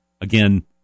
again